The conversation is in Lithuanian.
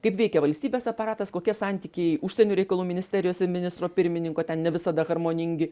kaip veikia valstybės aparatas kokie santykiai užsienio reikalų ministerijose ministro pirmininko ten ne visada harmoningi